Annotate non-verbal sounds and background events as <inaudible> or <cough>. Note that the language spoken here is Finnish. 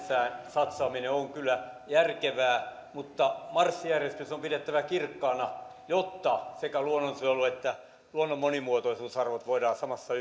satsaaminen on kyllä järkevää mutta marssijärjestys on pidettävä kirkkaana jotta sekä luonnonsuojelu että luonnon monimuotoisuusarvot voidaan samassa <unintelligible>